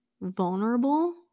vulnerable